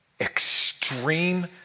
extreme